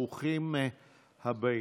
ברוכים הבאים.